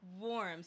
warm